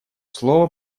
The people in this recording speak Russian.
слово